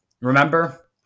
Remember